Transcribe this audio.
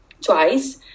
twice